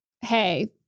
hey